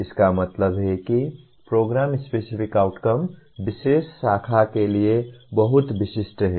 इसका मतलब है कि प्रोग्राम स्पेसिफिक आउटकम विशेष शाखा के लिए बहुत विशिष्ट हैं